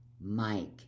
Mike